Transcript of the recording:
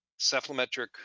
cephalometric